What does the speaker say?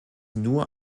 nur